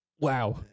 Wow